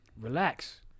Relax